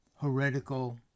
heretical